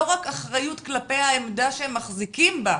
רק אחריות כלפי העמדה שהם מחזיקים בה,